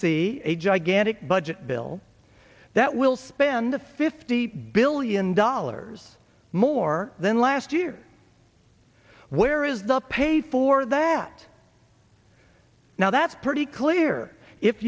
see a gigantic budget bill that will spend the fifty billion dollars more than last year where is the pay for that now that's pretty clear if